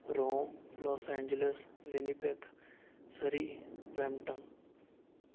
Rome Los Angeles Winnipeg Surrey Brampton